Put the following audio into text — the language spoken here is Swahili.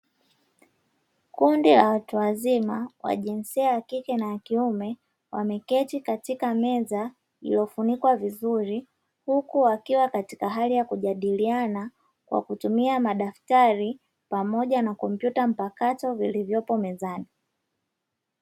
Kundi la watu wazima wa jinsia ya kike na ya kiume, wameketi katika meza iliyo funikwa vizuri, huku wakiwa katika hali ya kujadiliana kwa kutumia madaftari pamoja na kompyuta mpakato vilivyopo mezani.